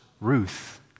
Ruth